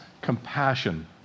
compassion